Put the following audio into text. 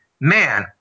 man